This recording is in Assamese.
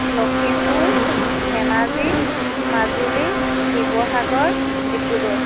লক্ষীমপুৰ ধেমাজী মাজুলী শিৱসাগৰ ডিব্ৰুগড়